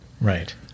Right